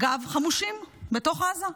אגב, חמושים, בתוך עזה.